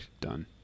done